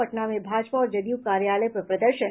पटना में भाजपा और जदयू कार्यालय पर प्रदर्शन